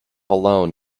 alone